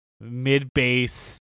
mid-bass